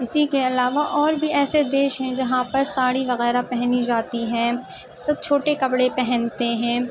اسی کے علاوہ اور بھی ایسے دیش ہیں جہاں پر ساڑی وغیرہ پہنی جاتی ہیں سب چھوٹے کپڑے پہنتے ہیں